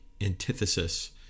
antithesis